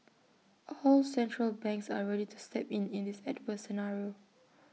all central banks are ready to step in in this adverse scenario